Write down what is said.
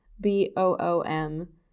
b-o-o-m